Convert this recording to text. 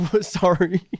Sorry